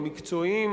המקצועיים,